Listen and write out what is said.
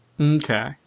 Okay